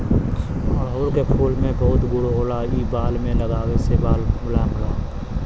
अढ़ऊल के फूल में बहुत गुण होला इ बाल में लगावे से बाल मुलायम होला